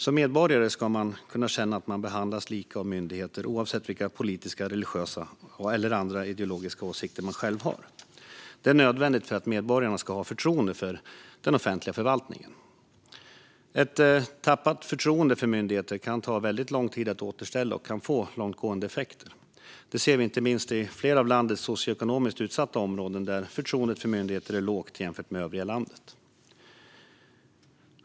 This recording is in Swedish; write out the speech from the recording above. Som medborgare ska man känna att man behandlas lika av myndigheter, oavsett vilka politiska, religiösa eller andra ideologiska åsikter man själv har. Detta är nödvändigt för att medborgarna ska ha förtroende för den offentliga förvaltningen. Ett tappat förtroende för myndigheter kan ta väldigt lång tid att återställa och kan få långtgående effekter. Detta ser vi inte minst i flera av landets socioekonomiskt utsatta områden, där förtroendet för myndigheter är lågt jämfört med i övriga landet.